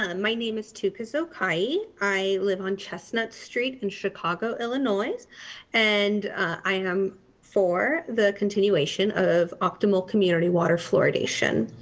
um my name is tooka zokaie. i live on chestnut street in chicago, illinois and i am for the continuation of optimal community water fluoridation.